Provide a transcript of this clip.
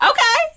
Okay